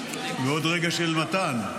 ועוד רגע של מתן.